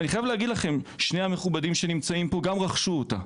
גם שני המכובדים שנמצאים פה רכשו אותה.